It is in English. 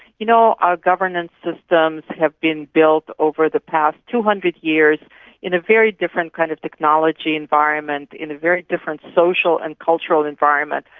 you know, our governance systems have been built over the past two hundred years in a very different kind of technology environment, in a very different social and cultural environment,